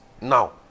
Now